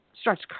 starts